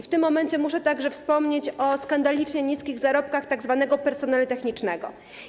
W tym momencie muszę także wspomnieć o skandalicznie niskich zarobkach tzw. personelu technicznego.